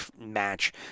match